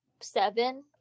seven